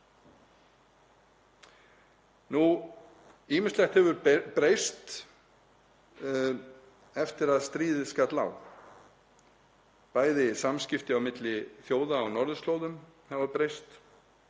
Ýmislegt hefur breyst eftir að stríðið skall á. Bæði hafa samskipti á milli þjóða á norðurslóðum breyst